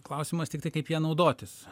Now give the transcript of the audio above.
klausimas tiktai kaip ja naudotis